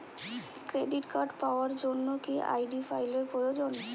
Credit card পাওয়ার জন্য কি আই.ডি ফাইল এর প্রয়োজন?